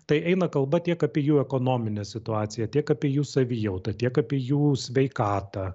tai eina kalba tiek apie jų ekonominę situaciją tiek apie jų savijautą tiek apie jų sveikatą